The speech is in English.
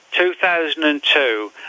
2002